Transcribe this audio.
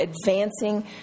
advancing